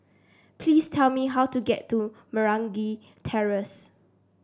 please tell me how to get to Meragi Terrace